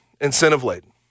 incentive-laden